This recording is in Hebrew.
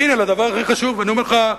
והנה לדבר הכי חשוב, אני אומר לך,